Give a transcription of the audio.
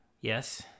yes